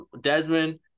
Desmond